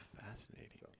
fascinating